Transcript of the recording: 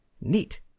Neat